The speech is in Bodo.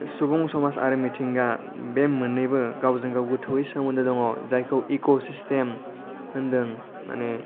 सुबुं समाज आरो मिथिंगा बे मोननैबो गावजों गाव गोथौयै सोमोन्दो दङ जायखौ इक' सिस्टेम होन्दों माने